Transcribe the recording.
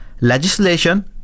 legislation